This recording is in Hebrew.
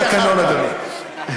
יש תקנון, אדוני.